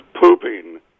pooping